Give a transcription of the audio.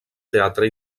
teatre